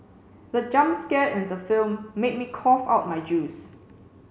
the jump scare in the film made me cough out my juice